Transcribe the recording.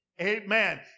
Amen